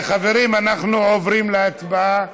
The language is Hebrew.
חברים, אנחנו עוברים להצבעה